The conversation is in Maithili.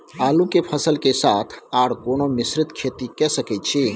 आलू के फसल के साथ आर कोनो मिश्रित खेती के सकैछि?